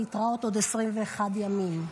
להתראות בעוד 21 ימים.